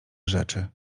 rzeczy